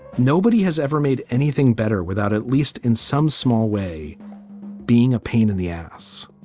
nobody has ever made anything better without, at least in some small way being a pain in the ass